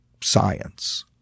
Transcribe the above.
science